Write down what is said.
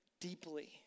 deeply